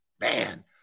Man